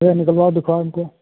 भैया निकलवाओ दिखाओ इनको